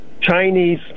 chinese